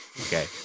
Okay